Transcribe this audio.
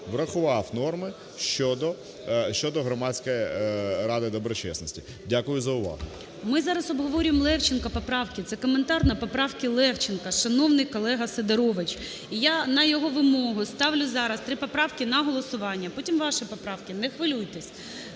врахував норми щодо Громадської ради доброчесності. Дякую за увагу. ГОЛОВУЮЧИЙ. Ми зараз обговорюємо Левченка поправки. Це коментар на поправки Левченка, шановний колега Сидорович. І я на його вимогу ставлю зараз 3 поправки на голосування. Потім ваші поправки, не хвилюйтесь.